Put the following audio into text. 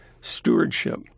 stewardship